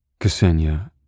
Ksenia